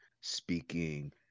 speaking